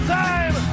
time